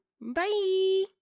Bye